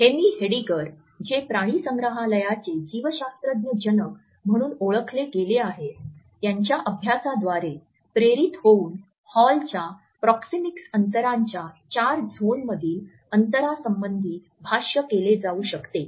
हेनी हेडीगर जे प्राणिसंग्रहालयाचे जीवशास्त्रज्ञ जनक म्हणून ओळखले गेले आहेत त्यांच्या अभ्यासाद्वारे प्रेरित होऊन हॉलच्या प्रॉक्सिमिक्स अंतरांच्या चार झोनमधील अंतरासंबंधी भाष्य केले जाऊ शकते